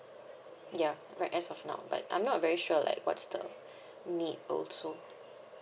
ya right as of now but I'm not uh very sure like what's the need also